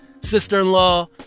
Sister-in-law